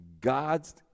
God's